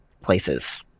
places